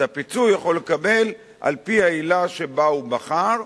את הפיצוי הוא יכול לקבל על-פי העילה שבה הוא בחר,